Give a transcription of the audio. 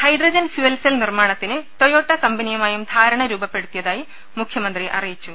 hydrogen fuel cell നിർമ്മാ ണത്തിന് Toyota കമ്പനിയുമായും ധാരണ രൂപപ്പെ ടുത്തിയതായി മുഖ്യമന്ത്രി അറിയിച്ചു